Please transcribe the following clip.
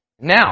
Now